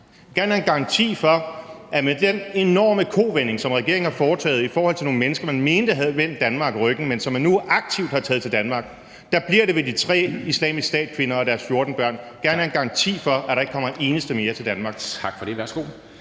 gerne have en garanti for, at med den enorme kovending, som regeringen har foretaget i forhold til nogle mennesker, man mente havde vendt Danmark ryggen, men som man nu aktivt har taget til Danmark, bliver det ved de tre Islamisk Stat-kvinder og deres 14 børn. Jeg vil gerne have en garanti for, at der ikke kommer en eneste mere til Danmark.